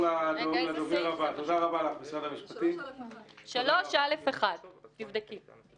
עו"ד שטרנברג, הסעיף הוא 3א1. תבדקי.